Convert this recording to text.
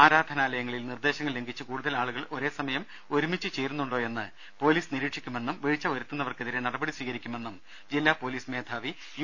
ആരാധനാലയങ്ങളിൽ നിർദേശങ്ങൾ ലംഘിച്ച് കൂടുതൽ ആളുകൾ ഒരേ സമയം ഒരുമിച്ചു ചേരുന്നുണ്ടോയെന്ന് പൊലീസ് നിരീക്ഷിക്കുമെന്നും വീഴ്ച വരുത്തുന്നവർക്കെതിരെ നടപടി സ്വീകരിക്കുമെന്നും ജില്ലാ പൊലീസ് മേധാവി യു